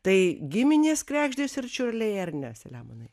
tai giminės kregždės ir čiurliai ar ne selemonai